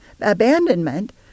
abandonment